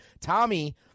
Tommy